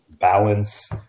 Balance